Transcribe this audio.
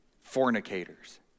fornicators